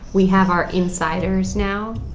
we have our insiders now?